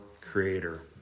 creator